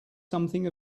something